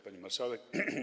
Pani Marszałek!